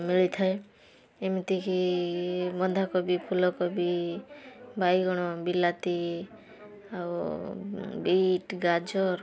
ମିଳିଥାଏ ଏମତିକି ବନ୍ଧାକୋବି ଫୁଲକୋବି ବାଇଗଣ ବିଲାତି ଆଉ ବିଟ ଗାଜର